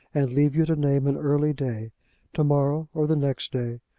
and leave you to name an early day to-morrow, or the next day,